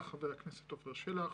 חבר הכנסת עפר שלח,